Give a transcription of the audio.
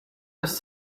was